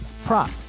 Prop